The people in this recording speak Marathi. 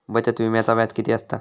बचत विम्याचा व्याज किती असता?